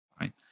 right